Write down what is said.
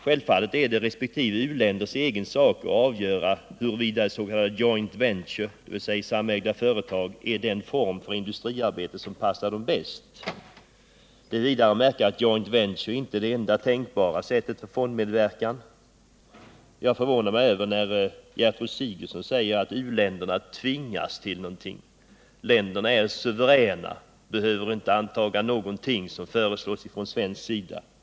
Självfallet är det resp. u-länders egen sak att avgöra huruvida s.k. joint ventures, dvs. samägda företag, är den form för industrisamarbete som passar dem bäst. Det är vidare att märka att joint ventures inte är det enda tänkbara sättet för fondmedverkan. Det förvånar mig att Gertrud Sigurdsen säger att u-länderna tvingas till någonting. U länderna är suveräna och behöver inte anta någonting av det som föreslås från svensk sida.